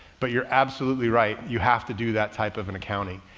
but you're absolutely right. you have to do that type of an accounting.